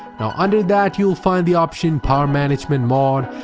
now under that, you will find the option power management mode,